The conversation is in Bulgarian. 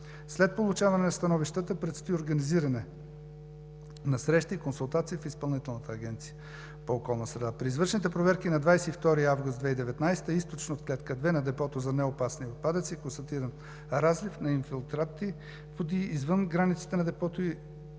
След получаване на становищата предстои организиране на срещи и консултации в Изпълнителната агенция по околна среда. При извършените проверки на 22 август 2019 г. източно от Клетка № 2 на депото за неопасни отпадъци е констатиран разлив на инфилтрати извън границата на депото и